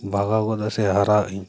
ᱵᱷᱟᱜᱟᱣ ᱜᱚᱫᱚᱜ ᱥᱮ ᱦᱟᱨᱟᱣ ᱤᱧ